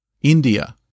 India